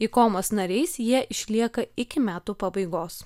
ikomos nariais jie išlieka iki metų pabaigos